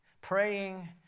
praying